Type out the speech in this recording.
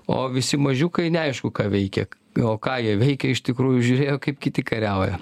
o visi mažiukai neaišku ką veikė o ką jie veikė iš tikrųjų žiūrėjo kaip kiti kariauja